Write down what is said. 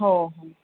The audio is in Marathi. हो हो